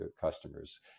customers